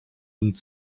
und